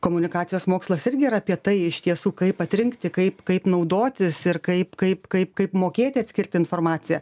komunikacijos mokslas irgi yra apie tai iš tiesų kaip atrinkti kaip kaip naudotis ir kaip kaip kaip kaip mokėti atskirti informaciją